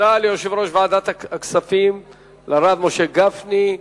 תודה ליושב-ראש ועדת הכספים, לרב משה גפני.